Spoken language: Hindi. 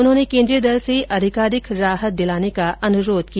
उन्होंने केन्द्रीय दल से अधिकारिक राहत दिलाने का अनुरोध किया